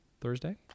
thursday